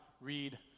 read